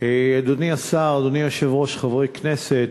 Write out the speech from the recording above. אדוני השר, אדוני היושב-ראש, חברי הכנסת,